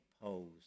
opposed